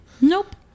Nope